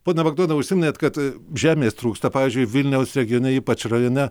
pone bagdonai užsiminėt kad žemės trūksta pavyzdžiui vilniaus regione ypač rajone